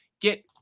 get